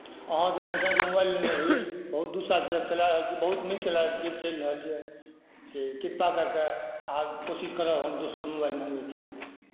अहाँ जे सैमसंगके मोबाईल लेने रही बहुत दू साल से चला बहुत दू साल से चला रहल चलि रहल यऽ से कृपा कऽ कऽ आब कोशिश करब हम दोसर मोबाइल लेबऽ के